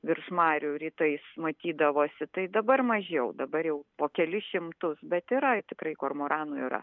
virš marių rytais matydavosi tai dabar mažiau dabar jau po kelis šimtus bet yra tikrai kormoranų yra